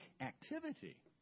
activity